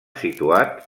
situat